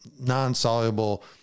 non-soluble